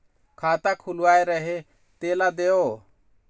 खाता खुलवाय रहे तेला देव?